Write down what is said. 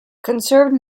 conserved